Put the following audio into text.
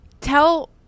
Tell